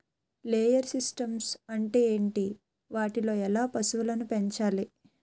Layer systems అంటే ఏంటి? వాటిలో ఎలా పశువులను పెంచాలి?